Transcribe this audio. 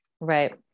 right